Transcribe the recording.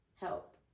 help